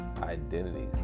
identities